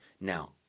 Now